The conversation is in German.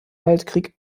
weltkrieg